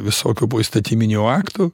visokių poįstatyminių aktų